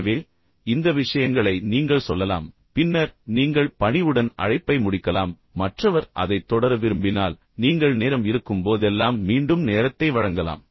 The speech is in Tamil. எனவே இந்த விஷயங்களை நீங்கள் சொல்லலாம் பின்னர் நீங்கள் பணிவுடன் அழைப்பை முடிக்கலாம் மற்றவர் அதைத் தொடர விரும்பினால் நீங்கள் நேரம் இருக்கும்போதெல்லாம் மீண்டும் நேரத்தை வழங்கலாம்